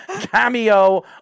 cameo